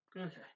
Okay